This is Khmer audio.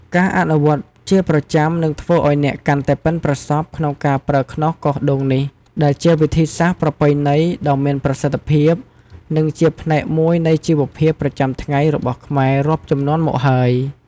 ការអនុវត្តជាប្រចាំនឹងធ្វើឱ្យអ្នកកាន់តែប៉ិនប្រសប់ក្នុងការប្រើខ្នោសកោសដូងនេះ ដែលជាវិធីសាស្ត្រប្រពៃណីដ៏មានប្រសិទ្ធភាព និងជាផ្នែកមួយនៃជីវភាពប្រចាំថ្ងៃរបស់ខ្មែររាប់ជំនាន់មកហើយ។